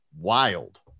Wild